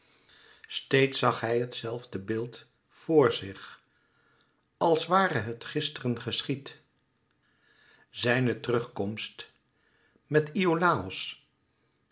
steeds zag hij het zelfde beeld vor zich als ware het gisteren geschied zijne terugkomst met iolàos